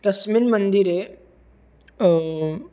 तस्मिन् मन्दिरे